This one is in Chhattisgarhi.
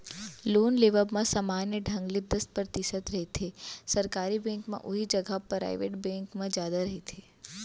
लोन लेवब म समान्य ढंग ले दस परतिसत रहिथे सरकारी बेंक म उहीं जघा पराइबेट बेंक म जादा रहिथे